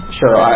sure